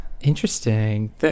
Interesting